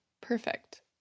Perfect